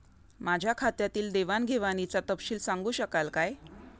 माझ्या खात्यातील देवाणघेवाणीचा तपशील सांगू शकाल काय?